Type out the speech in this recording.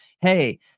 hey